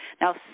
Now